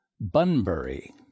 Bunbury